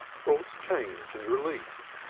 brought change and relief!